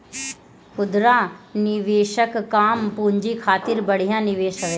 खुदरा निवेशक कम पूंजी खातिर बढ़िया निवेश हवे